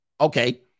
Okay